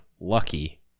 lucky